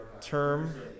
term